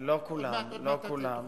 לא כולם, לא כולם.